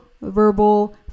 verbal